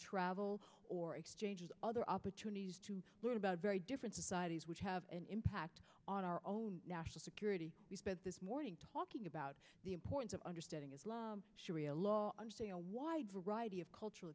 travel or exchanges other opportunities to learn about very different societies which have an impact on our own national security this morning talking about the importance of understanding is a wide variety of cultural